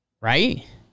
Right